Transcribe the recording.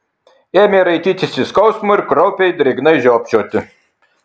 ėmė raitytis iš skausmo ir kraupiai drėgnai žiopčioti